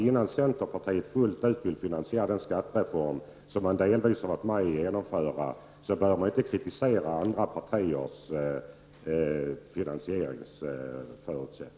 Innan centerpartiet fullt ut vill finansiera den skattereform man delvis velat vara med om att genomföra tycker jag inte att man bör kritisera andra partiers finansieringsförutsättningar.